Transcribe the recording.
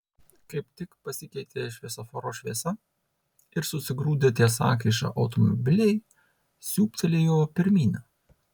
kaip tik pasikeitė šviesoforo šviesa ir susigrūdę ties sankryža automobiliai siūbtelėjo pirmyn